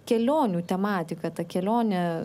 kelionių tematika ta kelionė